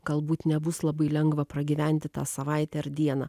galbūt nebus labai lengva pragyventi tą savaitę ar dieną